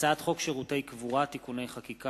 הצעת חוק שירותי קבורה (תיקוני חקיקה),